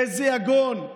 איזה יגון.